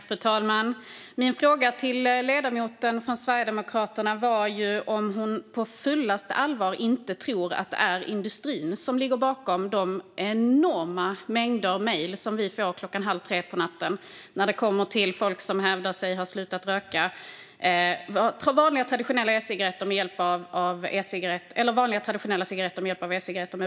Fru talman! Min fråga till ledamoten från Sverigedemokraterna var om hon på fullaste allvar inte tror att det är industrin som ligger bakom de enorma mängder mejl som vi får klockan halv tre på natten. De kommer från folk som hävdar att det är e-cigarretter med bubbelgumssmak som har hjälpt dem att sluta röka vanliga traditionella cigaretter.